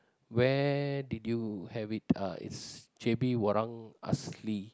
where did you have it uh its J_B Orang Asli